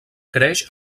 creix